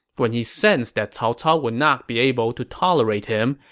when he sensed that cao cao would not be able to tolerate him,